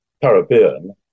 Caribbean